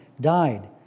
died